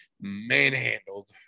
manhandled